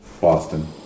Boston